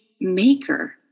maker